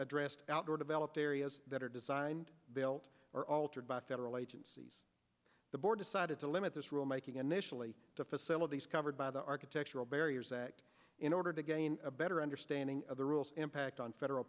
addressed outdoor developed areas that are designed built or altered by federal agencies the board decided to limit this rule making initially to facilities covered by the architectural barriers act in order to gain a better understanding of the rules impact on federal